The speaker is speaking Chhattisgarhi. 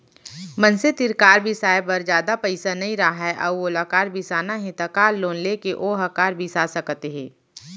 मनसे तीर कार बिसाए बर जादा पइसा नइ राहय अउ ओला कार बिसाना हे त कार लोन लेके ओहा कार बिसा सकत हे